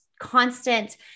constant